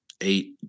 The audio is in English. eight